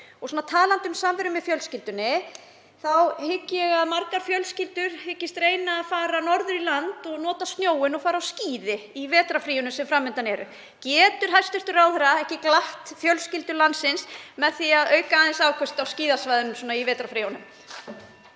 Talandi um samveru með fjölskyldunni þá hygg ég að margar fjölskyldur hyggist reyna að fara norður í land og nota snjóinn og fara á skíði í vetrarfríinu sem fram undan er. Getur hæstv. ráðherra ekki glatt fjölskyldur landsins með því að auka aðeins afköst á skíðasvæðinu í vetrarfríinu?